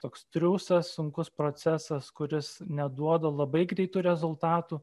toks triūsas sunkus procesas kuris neduoda labai greitų rezultatų